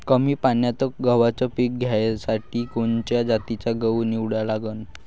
कमी पान्यात गव्हाचं पीक घ्यासाठी कोनच्या जातीचा गहू निवडा लागन?